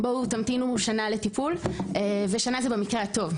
בואו תמתינו שנה לטיפול"; ושנה זה במקרה הטוב,